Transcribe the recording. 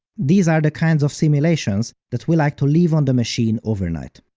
these are the kinds of simulations that we like to leave on the machine overnight.